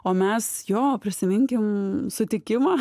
o mes jo prisiminkim sutikimą